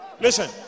Listen